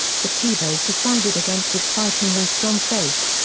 the tebows decided against it citing their strong faith.